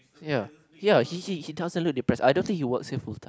ya ya he he he doesn't look depress I don't think he works here full time